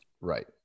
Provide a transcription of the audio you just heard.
Right